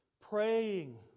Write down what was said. praying